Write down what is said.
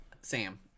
Sam